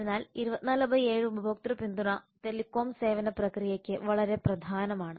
അതിനാൽ 24 ബൈ 7 ഉപഭോക്തൃ പിന്തുണ ടെലികോം സേവന പ്രക്രിയയ്ക്ക് വളരെ പ്രധാനമാണ്